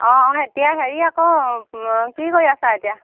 অঁ এতিয়া হেৰি আকৌ কি কৰি আছা এতিয়া